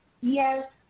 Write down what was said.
Yes